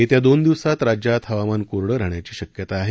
येत्या दोन दिवसात राज्यात हवामान करोडं राहण्याची शक्यता आहे